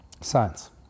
science